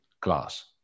class